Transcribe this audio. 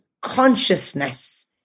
consciousness